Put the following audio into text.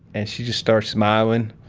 and she just starts smiling.